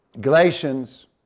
Galatians